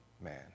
man